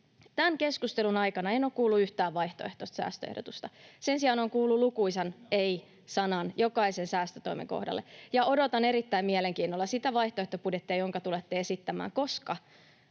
Tämän keskustelun aikana en ole kuullut yhtään vaihtoehtoista säästöehdotusta. Sen sijaan olen kuullut lukuisan ei-sanan jokaisen säästötoimen kohdalla. Odotan erittäin mielenkiinnolla sitä vaihtoehtobudjettia, jonka tulette esittämään, koska